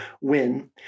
win